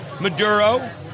Maduro